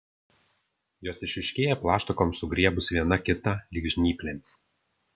jos išryškėja plaštakoms sugriebus viena kitą lyg žnyplėmis